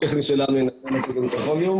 יותר קנסות אתם נותנים בתקופה הזאת?